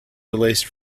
released